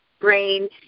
brain